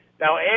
Now